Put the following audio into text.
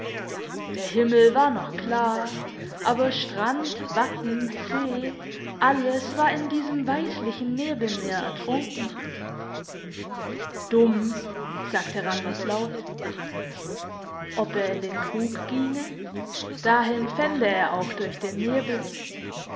der himmel war noch klar aber strand watten see alles war in diesem weisslichen nebelmeer ertrunken dumm sagte randers laut ob er in den krug ginge dahin fände er auch durch den nebel